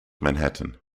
manhattan